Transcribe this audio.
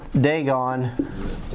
Dagon